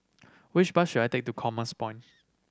which bus should I take to Commerce Point